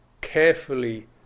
carefully